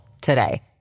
today